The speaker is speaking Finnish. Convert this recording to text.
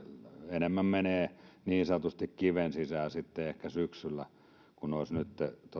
enemmän menee niin sanotusti kiven sisään sitten ehkä syksyllä kuin olisi nyt